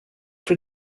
for